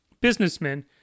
Businessmen